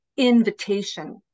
Invitation